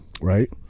right